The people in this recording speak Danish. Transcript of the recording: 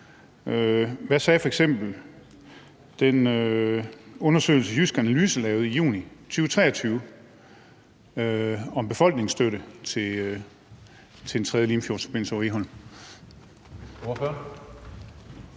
Hvad viste f.eks. den undersøgelse, som Jysk Analyse lavede i juni 2023 om befolkningens støtte til en tredje Limfjordsforbindelse over Egholm?